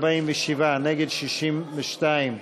בעד ההסתייגות, 47, נגד, 62,